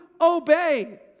obey